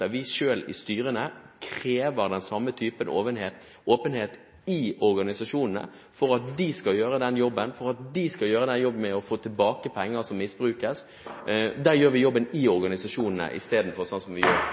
der vi sitter i styrene, krever den samme typen åpenhet i organisasjonene for at de skal gjøre den jobben med å få tilbake penger som misbrukes. Der gjør vi jobben i